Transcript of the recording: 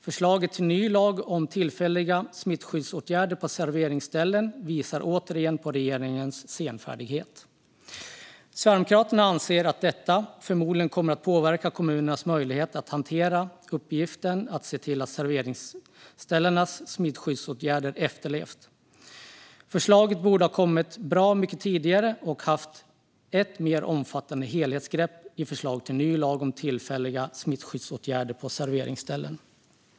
Förslaget till ny lag om tillfälliga smittskyddsåtgärder på serveringsställen visar återigen på regeringens senfärdighet. Sverigedemokraterna anser att detta förmodligen kommer att påverka kommunernas möjligheter att hantera uppgiften att se till att serveringsställenas smittskyddsåtgärder efterlevs. Förslaget till ny lag om tillfälliga smittskyddsåtgärder på serveringsställen borde ha kommit bra mycket tidigare och haft ett mer omfattande helhetsgrepp.